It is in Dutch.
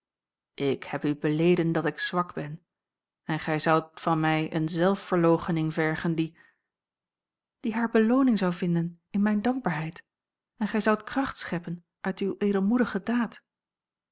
ik heb u beleden dat ik zwak ben en gij zoudt van mij eene zelfverloochening vergen die die hare belooning zou vinden in mijne dankbaarheid en gij zoudt kracht scheppen uit uwe edelmoedige daad